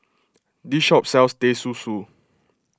this shop sells Teh Susu